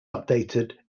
updated